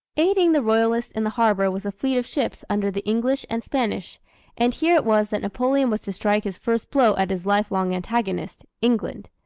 aiding the royalists in the harbor was a fleet of ships under the english and spanish and here it was that napoleon was to strike his first blow at his life-long antagonist, england.